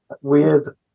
weird